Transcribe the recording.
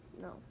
No